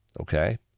okay